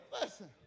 Listen